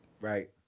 Right